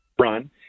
run